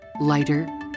Lighter